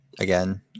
again